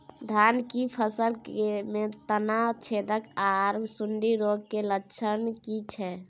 धान की फसल में तना छेदक आर सुंडी रोग के लक्षण की छै?